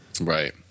right